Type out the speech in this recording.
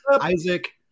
Isaac